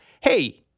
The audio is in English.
hey